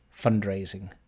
fundraising